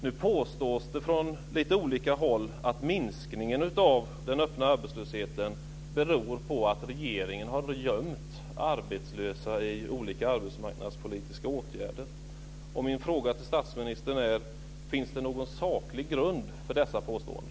Nu påstås det från olika håll att minskningen av den öppna arbetslösheten beror på att regeringen har gömt arbetslösa i olika arbetsmarknadspolitiska åtgärder.